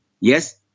Yes